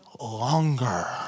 longer